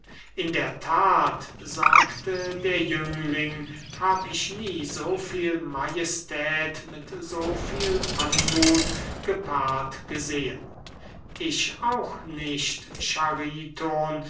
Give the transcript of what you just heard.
in der that sagte der jüngling hab ich nie so viel majestät mit so viel anmuth gepaart gesehen ich auch nicht